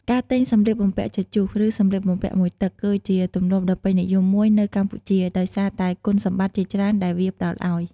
ការទិញសម្លៀកបំពាក់ជជុះ ឬ សម្លៀកបំពាក់មួយទឹក គឺជាទម្លាប់ដ៏ពេញនិយមមួយនៅកម្ពុជា ដោយសារតែគុណសម្បត្តិជាច្រើនដែលវាផ្ដល់អោយ។